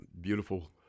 beautiful